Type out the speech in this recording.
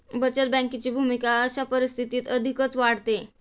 बचत बँकेची भूमिका अशा परिस्थितीत अधिकच वाढते